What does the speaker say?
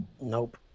Nope